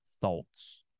thoughts